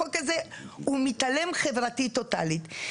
החוק הזה מתעלם חברתית טוטאלית.